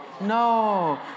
No